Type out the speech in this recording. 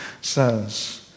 says